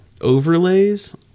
overlays